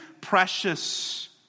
precious